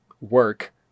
work